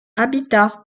habitat